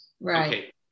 Right